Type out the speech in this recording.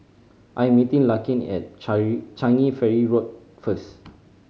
I'm meeting Larkin at Changi Ferry Road first